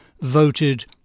voted